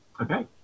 Okay